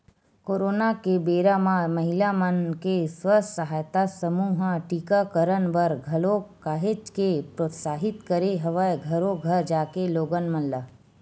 corona के बेरा म महिला मन के स्व सहायता समूह ह टीकाकरन बर घलोक काहेच के प्रोत्साहित करे हवय घरो घर जाके लोगन मन ल